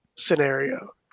scenario